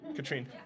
Katrine